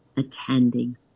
attending